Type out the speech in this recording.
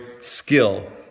skill